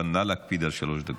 אבל נא להקפיד על שלוש דקות.